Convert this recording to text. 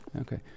Okay